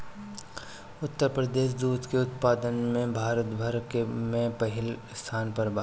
उत्तर प्रदेश दूध के उत्पादन में भारत भर में पहिले स्थान पर बा